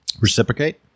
reciprocate